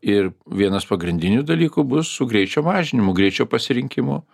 ir vienas pagrindinių dalykų bus su greičio mažinimu greičio pasirinkimu